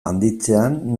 handitzean